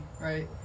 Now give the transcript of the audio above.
right